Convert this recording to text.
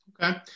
Okay